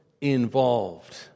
involved